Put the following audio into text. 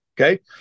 Okay